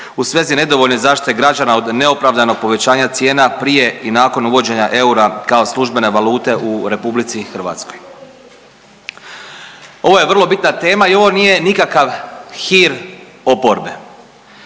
u svezi nedovoljne zaštite građana od neopravdanog povećanja cijena prije i nakon uvođenja eura kao službene valute u RH. Ovo je vrlo bitna tema i ovo nije nikakav hir oporbe.